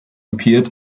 appeared